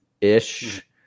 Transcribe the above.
ish